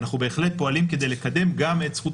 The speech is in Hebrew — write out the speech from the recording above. אנחנו בהחלט פועלים כדי לקדם גם את זכות